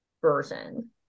version